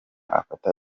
afata